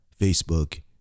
Facebook